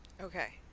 Okay